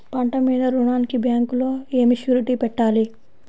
పంట మీద రుణానికి బ్యాంకులో ఏమి షూరిటీ పెట్టాలి?